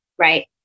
Right